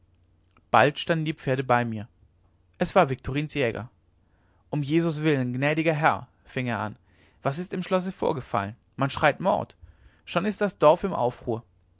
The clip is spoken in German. bald standen die pferde bei mir es war viktorins jäger um jesus willen gnädiger herr fing er an was ist im schlosse vorgefallen man schreit mord schon ist das dorf im aufruhr